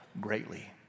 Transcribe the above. greatly